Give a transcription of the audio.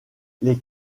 les